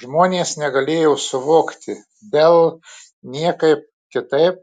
žmonės negalėjo suvokti dell niekaip kitaip